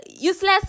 useless